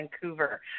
Vancouver